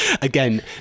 again